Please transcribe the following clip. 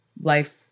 life